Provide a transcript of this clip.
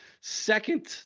second